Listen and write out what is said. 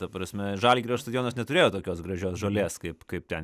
ta prasme žalgirio stadionas neturėjo tokios gražios žolės kaip kaip ten